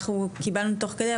אנחנו קיבלנו תוך כדי,